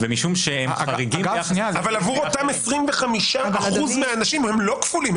ומשום שהם חריגים ביחס ל --- אבל עבור אותם 25% מהאנשים הם לא כפולים,